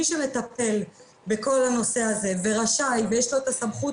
מי שמטפל בכל הנושא הזה ורשאי ויש לו את הסמכות